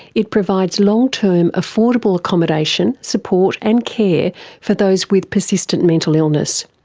it provides long-term affordable accommodation, support and care for those with persistent mental illness.